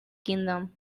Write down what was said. kingdom